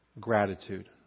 gratitude